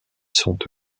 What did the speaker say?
sont